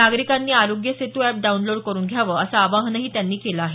नागरिकांनी Aarogya Setu app download करुन घ्यावं असं आवाहनही त्यांनी केलं आहे